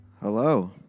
hello